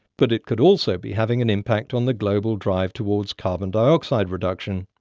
but it could also be having an impact on the global drive towards carbon dioxide reduction.